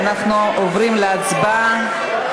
אנחנו עוברים להצבעה.